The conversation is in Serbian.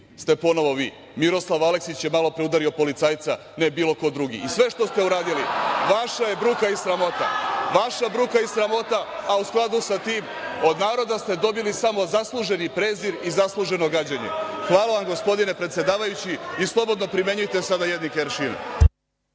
ste ponovo vi. Miroslav Aleksić je malopre udario policajca, ne bilo ko drugi. I sve što ste uradili, vaša je bruka i sramota, a u skladu sa tim, od naroda ste dobili samo zasluženi prezir i zasluženo gađenje. Hvala vam, gospodine predsedavajući, i slobodno primenjujte sada jednake aršine.